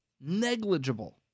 Negligible